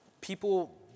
people